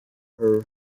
her